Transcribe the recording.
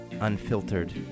unfiltered